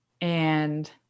And-